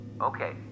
Okay